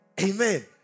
Amen